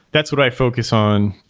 that's what i focus on.